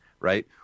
right